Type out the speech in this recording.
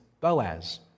Boaz